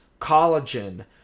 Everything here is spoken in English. collagen